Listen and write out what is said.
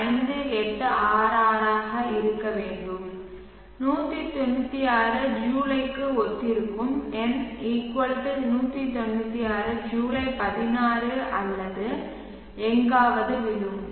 5866 ஆக இருக்க வேண்டும் 196 ஜூலைக்கு ஒத்திருக்கும் N 196 ஜூலை 16 அல்லது எங்காவது விழும்